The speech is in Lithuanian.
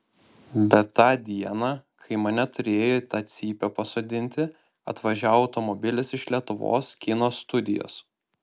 bet tą dieną kai mane turėjo į tą cypę pasodinti atvažiavo automobilis iš lietuvos kino studijos